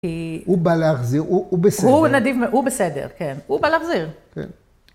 הוא בא להחזיר, הוא בסדר. הוא בסדר, כן. הוא בא להחזיר.